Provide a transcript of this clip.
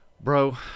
Bro